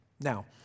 Now